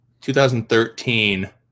2013